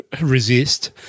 resist